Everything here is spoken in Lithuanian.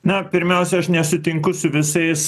na pirmiausia aš nesutinku su visais